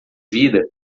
vida